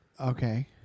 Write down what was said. Okay